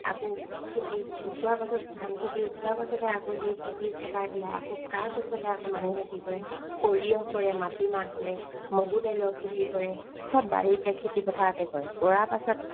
আকৌ খেতি উঠোৱাৰ পাছত ধান খেতি উঠোৱাৰ পাছতে সেই খেতি চপাই পেলাই আকৌ তাৰ পিছতে আকৌ মানুহে কি কৰে সৰিয়হ কৰে মাটিমাহ কৰে মগুদাইলৰ খেতি কৰে চব বাৰীতে খেতিপথাৰতে কৰে কৰা পাছত